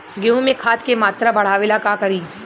गेहूं में खाद के मात्रा बढ़ावेला का करी?